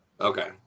Okay